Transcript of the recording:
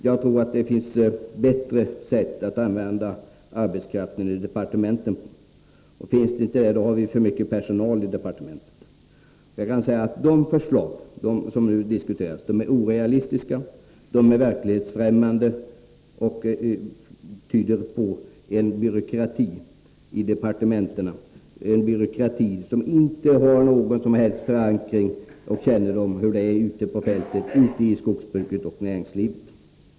Jag tror det finns bättre sätt att använda arbetskraften i departementen på. Finns det inte det, har vi för mycket personal i departementen. De förslag som nu diskuteras är orealistiska, de är verklighetsfrämmande, och de tyder på en byråkrati i departementen som inte har någon som helst förankring i skogsbruket eller näringslivet över huvud taget. De vittnar inte om någon kännedom om hur det är ute på fältet.